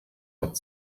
hat